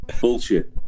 bullshit